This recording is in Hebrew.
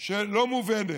לא מובנת,